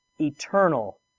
eternal